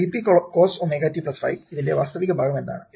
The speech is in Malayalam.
Vp cos ω t 5 ഇതിന്റെ വാസ്തവിക ഭാഗം എന്താണ്